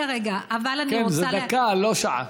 כן, אבל זה דקה, לא שעה.